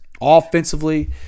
Offensively